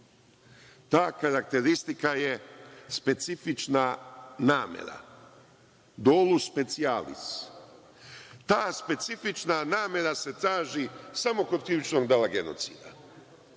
Ta karakteristika je specifična namera, dolus specialis. Ta specifična namera se traži samo kod krivičnog dela genocida.